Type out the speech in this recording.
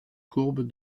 courbe